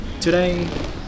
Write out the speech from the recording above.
Today